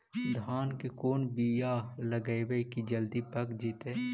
धान के कोन बियाह लगइबै की जल्दी पक जितै?